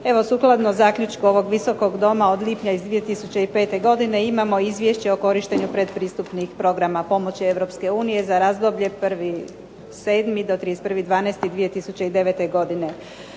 Evo sukladno zaključku ovog Visokog doma od lipnja iz 2005. godine imamo Izvješće o korištenju pretpristupnih programa pomoći Europske unije za razdoblje 1. 7. do 31. 12. 2009. godine.